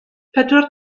pedwar